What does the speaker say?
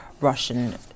Russian